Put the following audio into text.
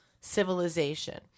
civilization